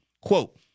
Quote